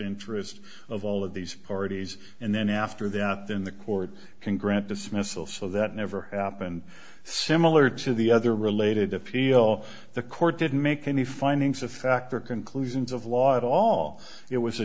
interest of all of these are b s and then after that then the court can grant dismissal so that never happened similar to the other related appeal the court didn't make any findings of fact or conclusions of law at all it was a